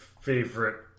favorite